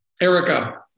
Erica